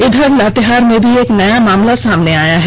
इधर लातेहार में भी एक नया मामला सामने आया है